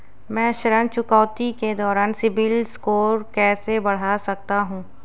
मैं ऋण चुकौती के दौरान सिबिल स्कोर कैसे बढ़ा सकता हूं?